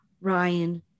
Ryan